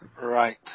Right